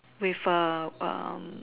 with a um